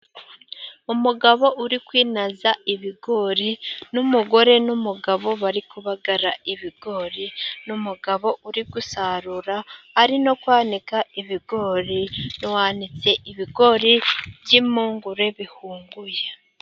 Umugabo uri kwinaza ibigori, n’umugore n’umugabo bari kubagara ibigori. N’umugabo uri gusarura, ari no kwanika ibigori. Wanitse ibigori by’impungure bihunguye.